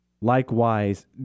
Likewise